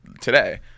today